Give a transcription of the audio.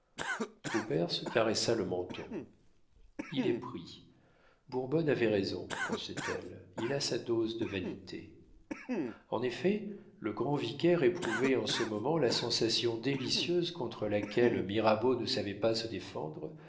caressa le menton il est pris bourbonne avait raison pensait-elle il a sa dose de vanité en effet le grand vicaire éprouvait en ce moment la sensation délicieuse contre laquelle mirabeau ne savait pas se défendre